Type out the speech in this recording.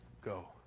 go